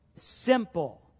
simple